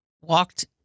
walked